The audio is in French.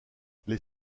les